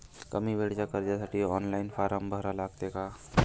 कमी वेळेच्या कर्जासाठी ऑनलाईन फारम भरा लागते का?